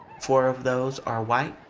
four of those are white.